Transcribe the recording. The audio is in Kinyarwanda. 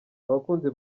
abakunzi